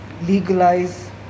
legalize